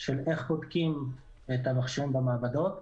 של איך בודקים את המכשירים במעבדות.